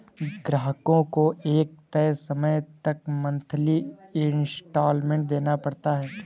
ग्राहक को एक तय समय तक मंथली इंस्टॉल्मेंट देना पड़ता है